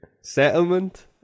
settlement